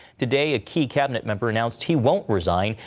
today a key cabinet member announced he won't resign,